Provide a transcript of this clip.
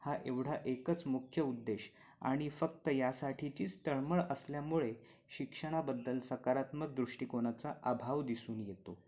हा एवढा एकच मुख्य उद्देश आणि फक्त यासाठीचीच तळमळ असल्यामुळे शिक्षणाबद्दल सकारात्मक दृष्टिकोनाचा अभाव दिसून येतो